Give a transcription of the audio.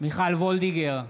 מיכל וולדיגר,